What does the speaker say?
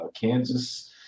Kansas